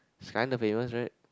she's kinda famous right